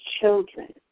children